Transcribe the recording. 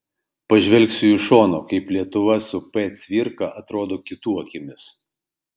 pažvelgsiu iš šono kaip lietuva su p cvirka atrodo kitų akimis